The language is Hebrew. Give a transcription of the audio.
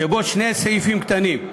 שבו שני סעיפים קטנים: